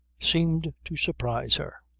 seemed to surprise her.